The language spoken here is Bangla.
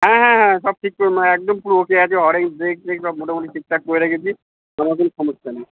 হ্যাঁ হ্যাঁ হ্যাঁ সব ঠিক একদম পুরো ওকে আছে হর্ন ব্রেক ট্রেক সব মোটামুটি ঠিকঠাক করে রেখেছি কোনো কিছু সমস্যা নেই